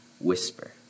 whisper